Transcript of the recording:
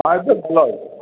ଆଉ ସବୁ ଭଲ ଅଛି